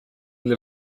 для